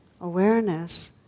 awareness